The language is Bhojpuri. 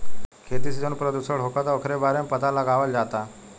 खेती से जवन प्रदूषण होखता ओकरो बारे में पाता लगावल जाता